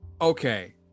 Okay